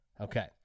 Okay